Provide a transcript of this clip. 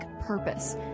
purpose